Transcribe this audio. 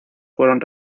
fueron